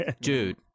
dude